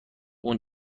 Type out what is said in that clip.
اون